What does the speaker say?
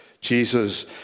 Jesus